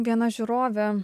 viena žiūrovė